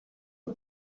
you